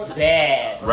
bad